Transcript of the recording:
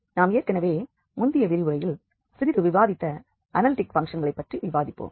நாம் ஏற்கனவே முந்தைய விரிவுரையில் சிறிது விவாதித்த அனாலிட்டிக் ஃபங்க்ஷன்களை பற்றி விவாதிப்போம்